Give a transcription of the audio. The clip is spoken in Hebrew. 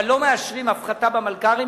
אבל לא מאשרים הפחתה במלכ"רים,